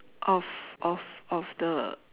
of of of the